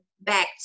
back